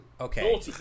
Okay